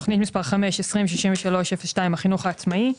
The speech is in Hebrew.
תכנית מספר חמש, 206302, החינוך העצמאי,